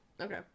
Okay